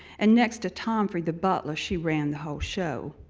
and next to tomfrey, the butler, she ran the whole show.